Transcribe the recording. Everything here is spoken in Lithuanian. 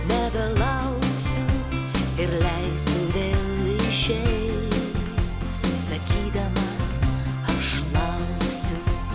nebelauksiu ir leisiu vėl išeit sakydama aš lauksiu